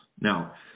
Now